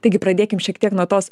taigi pradėkim šiek tiek nuo tos